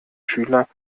schüler